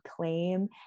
claim